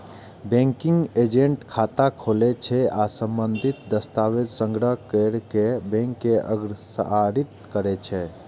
banking agent खाता खोलै छै आ संबंधित दस्तावेज संग्रह कैर कें बैंक के अग्रसारित करै छै